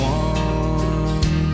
one